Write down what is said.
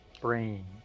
brain